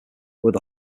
were